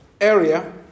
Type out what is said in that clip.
area